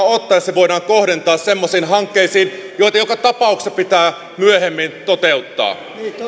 ottaa jos se voidaan kohdentaa semmoisiin hankkeisiin joita joka tapauksessa pitää myöhemmin toteuttaa